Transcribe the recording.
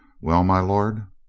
well, my lord?